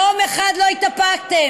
יום אחד לא התאפקתם,